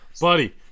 Buddy